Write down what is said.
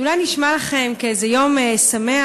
זה אולי נשמע לכם כאיזה יום שמח.